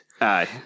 Aye